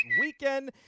weekend